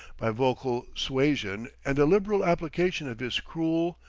by vocal suasion and a liberal application of his cruel,